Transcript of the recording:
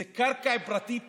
זו קרקע פרטית בטאבו.